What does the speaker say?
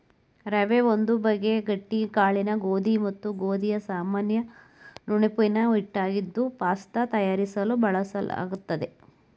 ರವೆ ಒಂದು ಬಗೆ ಗಟ್ಟಿ ಕಾಳಿನ ಗೋಧಿ ಮತ್ತು ಗೋಧಿಯ ಸಾಮಾನ್ಯ ನುಣುಪಿನ ಹಿಟ್ಟಾಗಿದ್ದು ಪಾಸ್ತ ತಯಾರಿಸಲು ಬಳಲಾಗ್ತದೆ